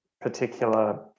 particular